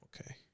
Okay